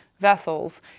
vessels